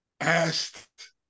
asked